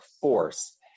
force